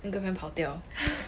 那个人跑掉